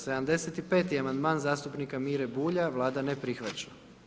75. amandman zastupnika Mire Bulja, Vlada ne prihvaća.